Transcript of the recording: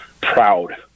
proud